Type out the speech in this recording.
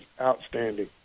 outstanding